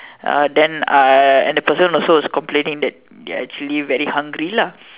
uh then uh and the person also was complaining they're actually very hungry lah